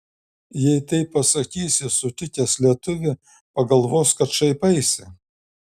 jei taip pasakysi sutikęs lietuvį pagalvos kad šaipaisi